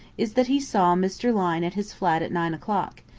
is that he saw mr. lyne at his flat at nine o'clock,